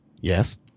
Yes